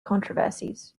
controversies